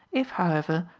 if, however,